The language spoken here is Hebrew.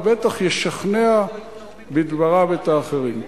ובטח ישכנע בדבריו את האחרים.